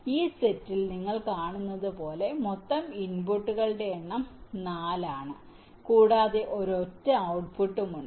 ഈ സെറ്റിൽ നിങ്ങൾ കാണുന്നതുപോലെ മൊത്തം ഇൻപുട്ടുകളുടെ എണ്ണം 4 ആണ് കൂടാതെ ഒരൊറ്റ ഔട്ട്പുട്ടും ഉണ്ട്